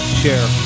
share